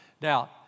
Now